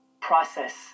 process